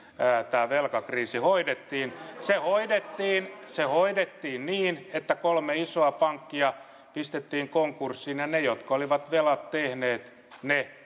tämä velkakriisi hoidettiin se hoidettiin se hoidettiin niin että kolme isoa pankkia pistettiin konkurssiin ja ne jotka olivat velat tehneet ne